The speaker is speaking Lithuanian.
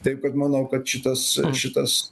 taip kad manau kad šitas šitas